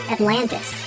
Atlantis